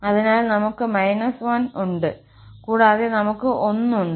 അതിനാൽ നമുക്ക് −1 ഉണ്ട് കൂടാതെ നമുക് 1 ഉണ്ട്